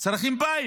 צריכים בית.